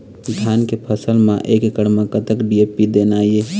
धान के फसल म एक एकड़ म कतक डी.ए.पी देना ये?